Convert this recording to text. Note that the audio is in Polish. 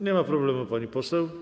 Nie ma problemu, pani poseł.